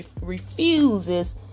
refuses